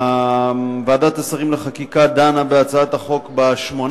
ועדת השרים לחקיקה דנה בהצעת החוק ב-8